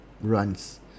runs